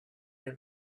they